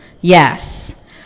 Yes